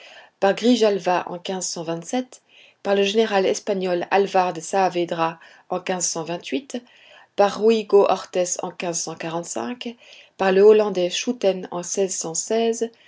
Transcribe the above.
grijalva en par le général espagnol alvar de saavedra en par juigo ortez en par le hollandais shouten en